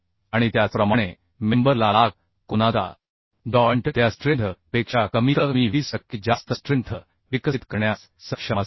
आणि त्याचप्रमाणे मेंबर ला लाग कोनाचा जॉइंट त्या स्ट्रेंथ पेक्षा कमीतकमी 20 टक्के जास्त स्ट्रेंथ विकसित करण्यास सक्षम असेल